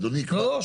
אדוני --- לא,